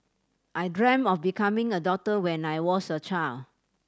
I dreamt of becoming a doctor when I was a child